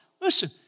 listen